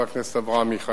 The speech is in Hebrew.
של חבר הכנסת אברהם מיכאלי,